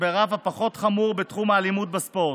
שברף הפחות-חמור בתחום האלימות בספורט,